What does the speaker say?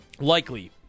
Likely